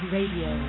Radio